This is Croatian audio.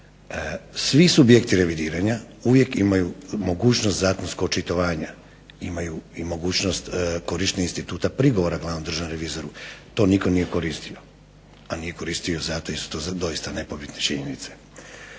Svi subjekti revidiranja uvijek imaju mogućnost zakonskog očitovanja imaju i mogućnost korištenja instituta prigovora glavnom državnom revizoru. To nitko nije koristio, a nitko nije koristio zato jer su to doista nepobitne činjenice.